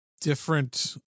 different